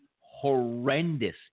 horrendous